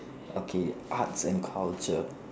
okay arts and culture